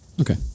Okay